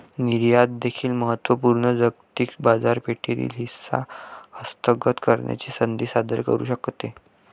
निर्यात देखील महत्त्व पूर्ण जागतिक बाजारपेठेतील हिस्सा हस्तगत करण्याची संधी सादर करू शकते